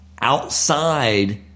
outside